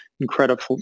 incredible